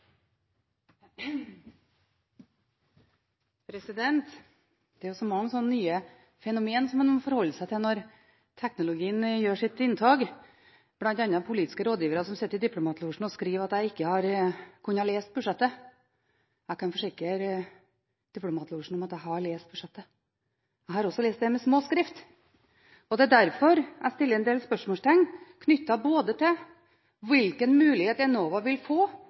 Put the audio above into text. når teknologien gjør sitt inntog, bl.a. at politiske rådgivere sitter i diplomatlosjen og skriver at jeg ikke kan ha lest budsjettet. Jeg kan forsikre diplomatlosjen om at jeg har lest budsjettet. Jeg har også lest det som står med liten skrift. Det er derfor jeg stiller en del spørsmål knyttet til hvilken mulighet Enova vil få